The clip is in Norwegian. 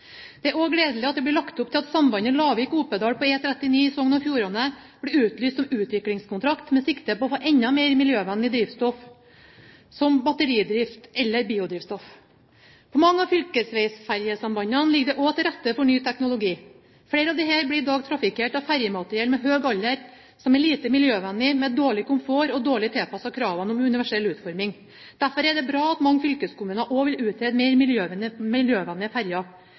Det er også gledelig at det blir lagt opp til at sambandet Lavik–Oppedal på E39 i Sogn og Fjordane blir utlyst som utviklingskontrakt med sikte på å få enda mer miljøvennlig drivstoff, som batteridrift eller biodrivstoff. På mange av fylkesvegferjesambandene ligger det også til rette for ny teknologi. Flere av disse blir i dag trafikkert av ferjemateriell med høy alder, som er lite miljøvennlig, med dårlig komfort og dårlig tilpasset kravene om universell utforming. Derfor er det bra at mange fylkeskommuner også vil utrede mer miljøvennlige ferjer.